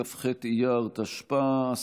כ"ח אייר תשפ"א,